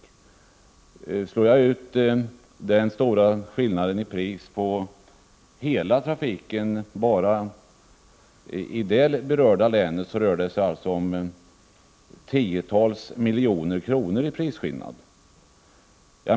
Om jag slår ut den stora skillnaden i pris på hela trafiken bara i det berörda länet, visar det sig att det rör sig om tiotals miljoner kronor i prisskillnad.